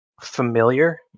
familiar